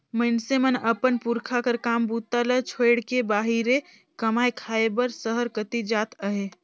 मइनसे मन अपन पुरखा कर काम बूता ल छोएड़ के बाहिरे कमाए खाए बर सहर कती जात अहे